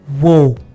Whoa